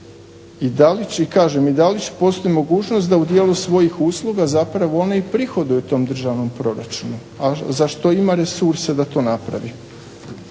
I da li postoji mogućnost da u dijelu svojih usluga zapravo ona i prihoduje tom državnom proračunu, a za što ima resurse da to napravi.